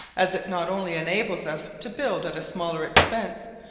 as it not only enables us to build at a smaller expense,